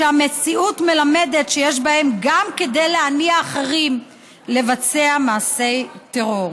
שהמציאות מלמדת שיש בהם גם כדי להניע אחרים לבצע מעשי טרור.